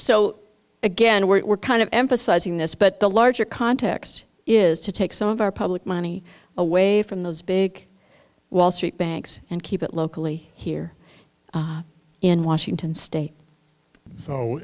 so again we're kind of emphasizing this but the larger context is to take some of our public money away from those big wall street banks and keep it locally here in washington state